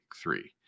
three